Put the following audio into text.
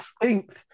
distinct